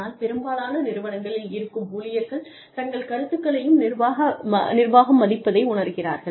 ஆனால் பெரும்பாலான நிறுவனங்களில் இருக்கும் ஊழியர்கள் தங்கள் கருத்துக்களையும் நிர்வாகம் மதிப்பதை உணர்கிறார்கள்